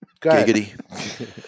Giggity